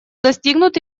достигнут